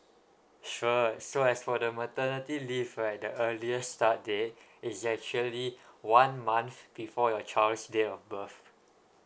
sure so as for the maternity leave right the earliest start date is actually one month before your child's date of birth